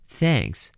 thanks